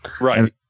Right